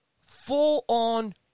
Full-on